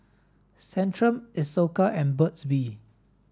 Centrum Isocal and Burt's bee